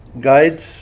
guides